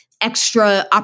extra